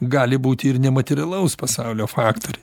gali būti ir nematerialaus pasaulio faktoriai